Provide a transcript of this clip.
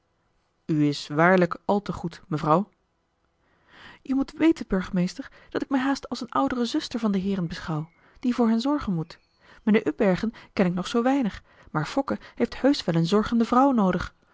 is waarlijk al te goed mevrouw je moet weten burgemeester dat ik mij haast als een oudere zuster van de heeren beschouw die voor hen zorgen moet mijnheer upbergen ken ik nog zoo weinig maar fokke heeft heusch wel een zorgende vrouw noodig